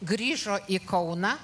grįžo į kauną